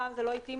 פעם זה לא התאים